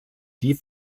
die